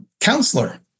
counselor